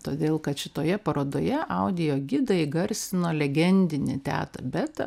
todėl kad šitoje parodoje audiogidą įgarsino legendinė teta beta